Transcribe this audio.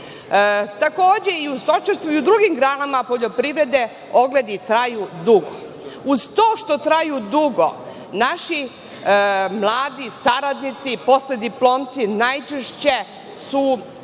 Takođe i u stočarstvu i u drugim granama poljoprivrede ogledi traju dugo. Uz to što traju dugo, naši mladi saradnici, poslediplomci najčešće su